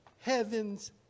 heaven's